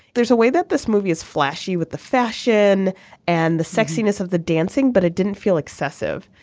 there's a way that this movie is flashy with the fashion and the sexiness of the dancing but it didn't feel excessive.